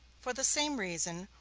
for the same reason,